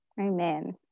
amen